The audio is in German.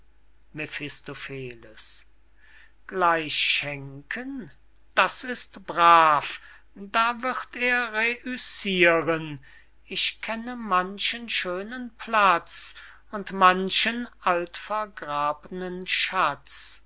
mephistopheles gleich schenken das ist brav da wird er reüssiren ich kenne manchen schönen platz und manchen alt vergrabnen schatz